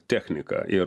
technika ir